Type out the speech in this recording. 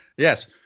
Yes